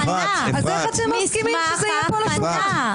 אז איך אתם מסכימים שזה יהיה פה על השולחן?